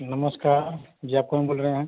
नमस्कार जी आप कौन बोल रहे हैं